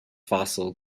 fossil